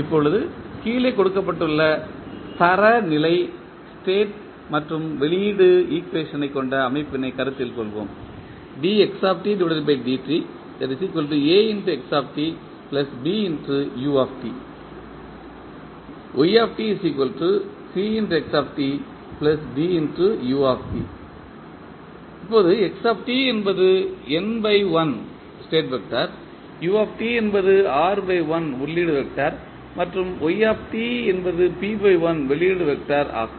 இப்போது கீழே கொடுக்கப்பட்டுள்ள தர நிலை ஸ்டேட் மற்றும் வெளியீடு ஈக்குவேஷன் ஐ கொண்ட அமைப்பினைக் கருத்தில் கொள்வோம் இப்போது x என்பது n×1 ஸ்டேட் வெக்டர் u என்பது r×1 உள்ளீட்டு வெக்டர் மற்றும் y என்பது p×1 வெளியீட்டு வெக்டர் ஆகும்